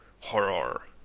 horror